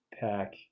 pack